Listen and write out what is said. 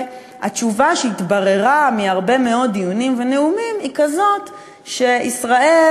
והתשובה שהתבררה מהרבה מאוד דיונים ונאומים היא כזאת שישראל,